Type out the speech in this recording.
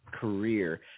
career